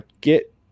get